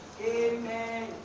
Amen